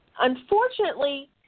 Unfortunately